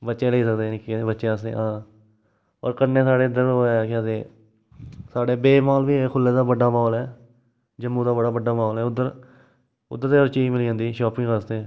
बच्चे लेई सकदे निक्के बच्चे आस्तै हां होर कन्नै स्हाड़ै इद्धर ओह् ऐ केह् आखदे स्हाड़ै बेब माल बी ऐ खुल्ले दा बड्डा माल ऐ जम्मू दा बड़ा बड्डा माल ऐ उद्धर उद्धर ते हर चीज़ मिली जन्दी शांपिग आस्तै